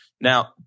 Now